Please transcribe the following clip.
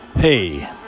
Hey